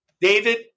David